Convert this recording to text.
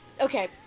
Okay